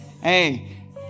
Hey